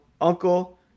uncle